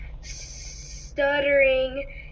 stuttering